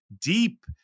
deep